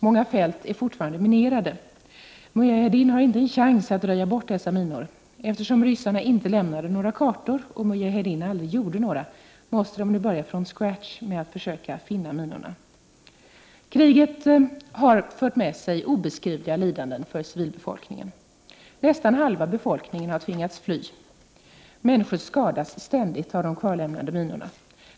Många fält är fortfarande minerade. Mujahedin har inte en chans att röja dessa minor. Eftersom ryssarna inte lämnat några kartor efter sig och mujahedin aldrig gjort några, måste man nu börja från ”scratch” när det gäller att försöka finna minorna. Kriget har fört med sig obeskrivliga lidanden för civilbefolkningen. Nästan halva befolkningen har tvingats fly. Människor skadas ständigt av kvarlämnade minor.